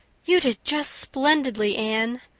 you did just splendidly, anne,